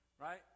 Right